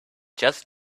just